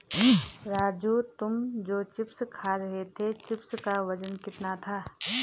राजू तुम जो चिप्स खा रहे थे चिप्स का वजन कितना था?